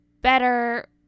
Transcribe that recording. better